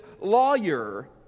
lawyer